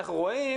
אנחנו רואים